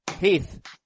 Heath